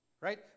Right